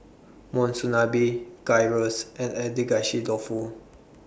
Monsunabe Gyros and Agedashi Dofu